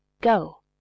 go